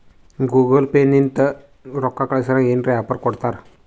Google Pay ಲಿಂತ ರೊಕ್ಕಾ ಕಳ್ಸುರ್ ಏನ್ರೆ ಆಫರ್ ಕೊಡ್ತಾರ್